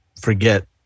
forget